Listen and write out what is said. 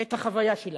את החוויה שלה.